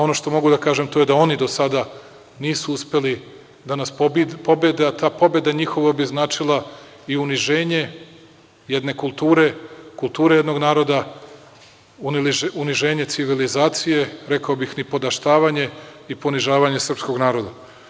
Ono što mogu da kažem to je da oni do sada nisu uspeli da nas pobede, a ta pobeda njihova bi značila i uniženje jedne kulture, kulture jednog naroda, uniženje civilizacije, rekao bih, nipodaštavanje i ponižavanje srpskog naroda.